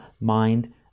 mind